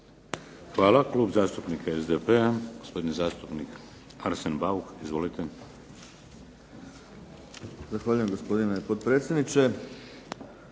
Hvala. Klub zastupnika SDP-a, gospodin zastupnik Arsen Bauk. Izvolite. **Bauk, Arsen (SDP)** Zahvaljujem gospodine potpredsjedniče,